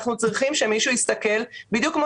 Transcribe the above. אנחנו צריכים שמישהו יסתכל - בדיוק כמו